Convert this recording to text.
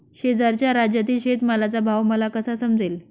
शेजारच्या राज्यातील शेतमालाचा भाव मला कसा समजेल?